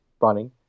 running